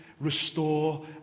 restore